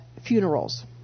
Funerals